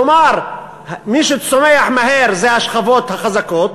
כלומר מי שצומח מהר זה השכבות החזקות,